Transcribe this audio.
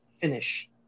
finish